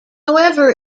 however